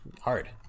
hard